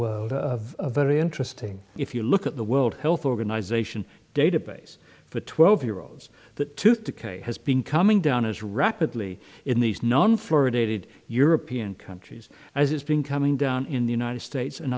world of very interesting if you look at the world health organization database for twelve year olds that tooth decay has been coming down as rapidly in these known for dated european countries as it's been coming down in the united states and